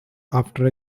after